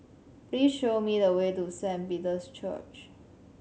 please show me the way to Saint Peter's Church